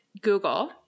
Google